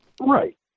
Right